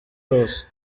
hose